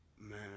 man